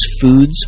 foods